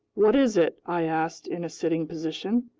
what is it? i asked, in a sitting position.